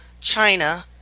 China